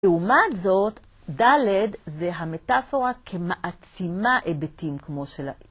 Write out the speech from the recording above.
לעומת זאת, ד' זה המטאפורה כמעצימה היבטים כמו של